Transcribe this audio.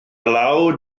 law